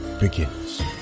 Begins